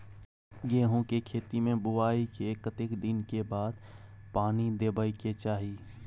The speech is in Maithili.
गेहूँ के खेती मे बुआई के कतेक दिन के बाद पानी देबै के चाही?